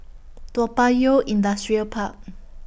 Toa Payoh Industrial Park